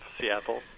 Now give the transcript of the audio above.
Seattle